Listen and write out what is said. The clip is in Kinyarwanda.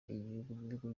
ibihugu